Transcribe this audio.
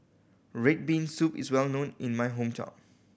red bean soup is well known in my hometown